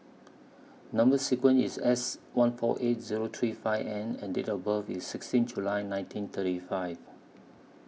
Number sequence IS S one four eight Zero three five N and Date of birth IS sixteen July nineteen thirty five